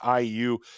IU